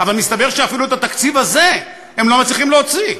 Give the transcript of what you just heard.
אבל מסתבר שאפילו את התקציב הזה הם לא מצליחים להוציא.